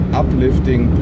uplifting